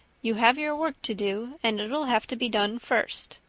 you'll have your work to do and it'll have to be done first.